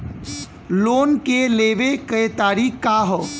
Loan के लेवे क तरीका का ह?